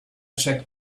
check